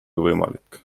võimalik